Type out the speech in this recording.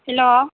hello